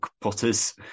Potter's